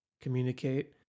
communicate